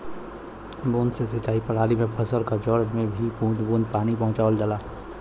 बूंद से सिंचाई प्रणाली में फसल क जड़ में ही बूंद बूंद पानी पहुंचावल जाला